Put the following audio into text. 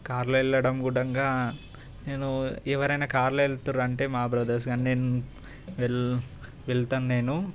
కారులో వెళ్ళడం కూడంగ నేను ఎవరైనా కార్లు వెళ్తున్రు అంటే మా బ్రదర్స్ నేను వెల్ వెళ్తాను నేను